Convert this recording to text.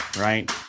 right